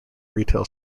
retail